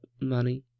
money